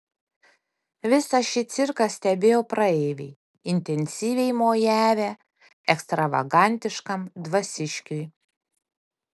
visa šį cirką stebėjo praeiviai intensyviai mojavę ekstravagantiškam dvasiškiui